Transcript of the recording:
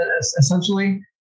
essentially